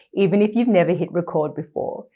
even if you've never hit record before.